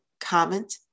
comment